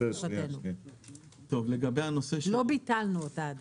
לא ביטלנו אותה עדיין.